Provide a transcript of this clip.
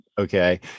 Okay